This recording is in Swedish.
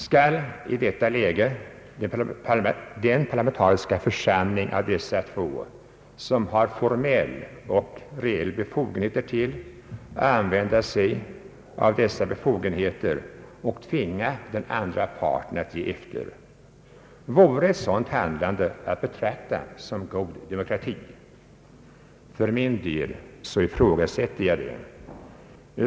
Skall i detta läge den parlamentariska församling av dessa två som har formell och reell befogenhet därtill använda dessa befogenheter och tvinga den andra parten att ge efter? Vore ett sådant handlande att betrakta som god demokrati? För min egen del ifrågasätter jag det.